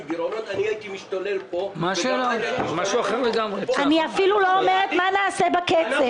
גירעונות אני הייתי משתולל פה --- אני אפילו לא אומרת מה נעשה בכסף.